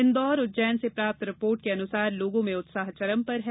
इंदौर उज्जैन से प्राप्त रिपोर्ट के अनुसार लोगों में उत्साह चरम पर है